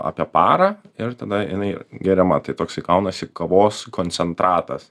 apie parą ir tada jinai geriama tai toks gaunasi kavos koncentratas